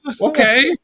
Okay